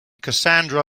cassandra